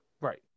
right